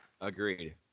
Agreed